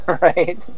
right